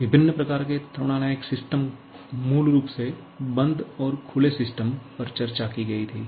विभिन्न प्रकार के थर्मोडायनामिक्स सिस्टम मूल रूप से बंद और खुले सिस्टम पर चर्चा की गई थी